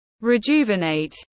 rejuvenate